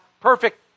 perfect